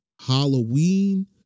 Halloween